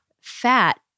fat